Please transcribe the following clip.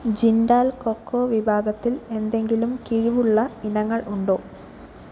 Jindal cocoa വിഭാഗത്തിൽ എന്തെങ്കിലും കിഴിവുള്ള ഇനങ്ങൾ ഉണ്ടോ